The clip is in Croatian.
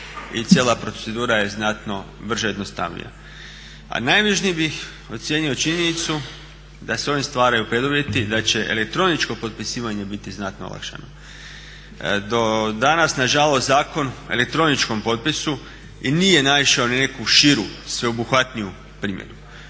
i cijela procedura je znatno brža i jednostavnija. A najvažnije bih ocijenio činjenicu da se ovim stvaraju preduvjeti da će elektroničko potpisivanje biti znatno olakšano. Do danas nažalost Zakon o elektroničkom potpisu i nije naišao na neku širu sveobuhvatniju primjenu.